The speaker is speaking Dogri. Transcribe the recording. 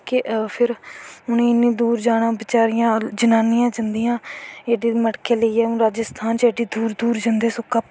फिर उ'नेंगी इन्नी दूर जाना बेचारियां जनानियां जंदियां मटके लेईयै एड्डे दूर दूर जंदे